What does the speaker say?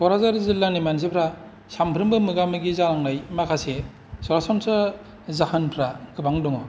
क'क्राझार जिल्लानि मानसिफ्रा सानफ्रोमबो मोगा मोगि जानांनाय माखासे सरासनस्रा जाहोनफ्रा गोबां दंङ